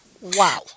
Wow